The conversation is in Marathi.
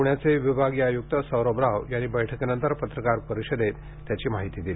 पूण्याचे विभागीय आयुक्त सौरभ राव यांनी बैठकीनंतर पत्रकार परिषदेत त्याबद्दलची माहिती दिली